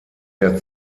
der